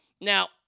Now